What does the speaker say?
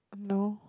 no